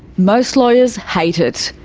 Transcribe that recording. most lawyers hate it.